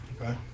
Okay